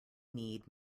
need